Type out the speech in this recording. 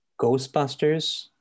Ghostbusters